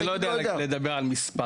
אני לא יודע לדבר על מספרים.